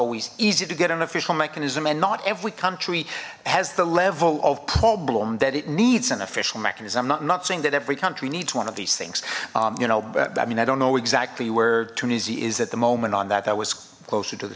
always easy to get an official mechanism and not every country has the level of problem that it needs an official mechanism not not saying that every country needs one of these things you know i mean i don't know exactly where tunisia is at the moment on that that was closer to the